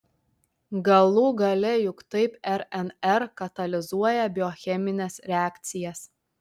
galų gale juk taip rnr katalizuoja biochemines reakcijas